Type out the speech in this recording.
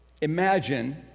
Imagine